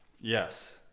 Yes